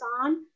on